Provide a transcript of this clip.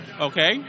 Okay